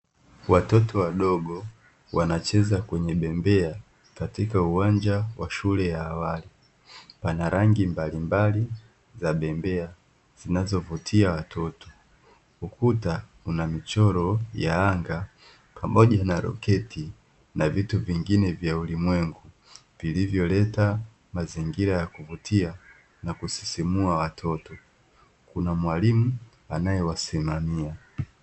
Watoto wadogo wanacheza kwenye bembea katika uwanja wa shule ya awali, pana rangi mbalimbali za bembea zinazovutia watoto, Ukuta una michoro ya anga pamoja roketi na vitu vingine vya ulimwengu vilivyoleta mazingira ya kuvutia na kusisimua watoto, kuna mwalimu anayewasimamia.